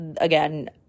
Again